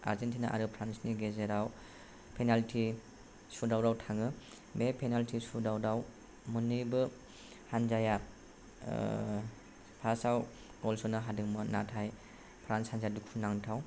Argentina आरो फ्रान्सनि गेजेराव पेनाल्टि सुटआवटआव थाङो बे पेनाल्टि सुटआवटाव मोननैबो हानजाया फार्स्टाव ग'ल सोनो हादोंमोन नाथाय फ्रान्स हानजाया दुखुनांथाव